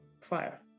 fire